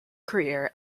career